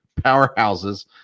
powerhouses